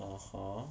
(uh huh)